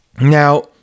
now